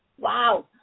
Wow